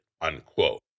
unquote